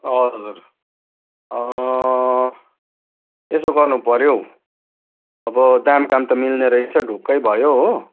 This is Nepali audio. हजुर यसो गर्नु पऱ्यो हौ अब दामकाम त मिल्ने रहेछ ढुक्कै भयो हो